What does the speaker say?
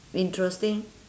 interesting